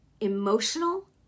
emotional